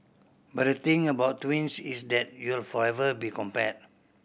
but the thing about twins is that you'll forever be compared